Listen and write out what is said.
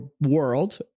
world